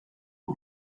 yng